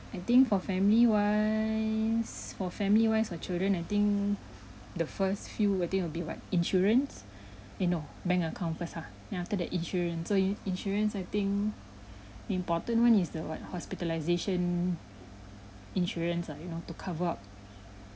I think for family wise for family wise or children I think the first few I think will be [what] insurance eh no bank account first ah then after that insurance so in insurance I think the important one is the [what] hospitalisation insurance ah you know to cover up